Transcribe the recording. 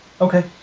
Okay